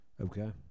Okay